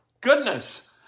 Goodness